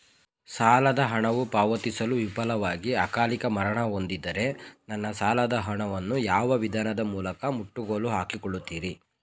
ಸಾಲದ ಹಣವು ಪಾವತಿಸಲು ವಿಫಲವಾಗಿ ಅಕಾಲಿಕ ಮರಣ ಹೊಂದಿದ್ದರೆ ನನ್ನ ಸಾಲದ ಹಣವನ್ನು ಯಾವ ವಿಧಾನದ ಮೂಲಕ ಮುಟ್ಟುಗೋಲು ಹಾಕಿಕೊಳ್ಳುತೀರಿ?